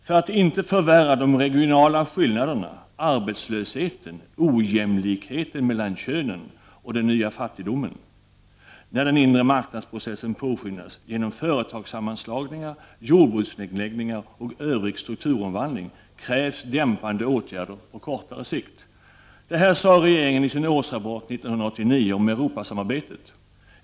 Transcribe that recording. ”För att inte förvärra de regionala skillnaderna, arbetslösheten, ojämlikheten mellan könen och den nya fattigdomen när den inre marknadsprocessen påskyndas genom företagssammanslagningar, jordbruksnedläggningar och övrig strukturomvandling krävs dämpande åtgärder på kortare sikt.” Detta sade regeringen i sin årsrapport 1989 om Europasamarbetet.